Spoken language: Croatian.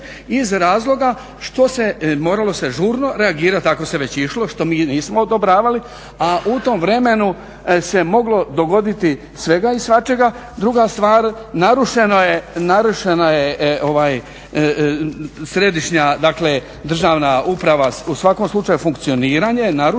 iz razloga što se, moralo se žurno reagirati ako se već išlo, što mi nismo odobravali a u tom vremenu se moglo dogoditi svega i svačega. Druga stvar narušena je središnja, dakle državna uprava, u svakom slučaju funkcioniranje ja narušeno.